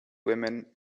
women